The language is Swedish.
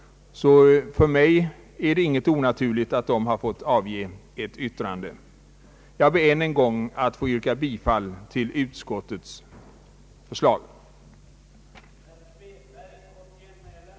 För mig förefaller det inte onaturligt att förbundet har fått avge ett yttrande. Jag ber att än en gång få yrka bifall till utskottets förslag.